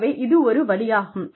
ஆகவே இது ஒரு வழியாகும்